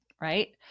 right